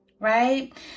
right